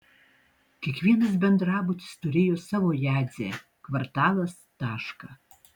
kiekvienas bendrabutis turėjo savo jadzę kvartalas tašką